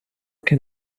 can